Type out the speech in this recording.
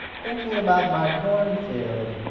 thinking about my cornfield.